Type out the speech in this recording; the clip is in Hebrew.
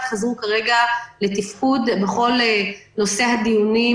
חוזרים כרגע לתפקוד בכל נושא הדיונים